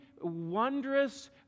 wondrous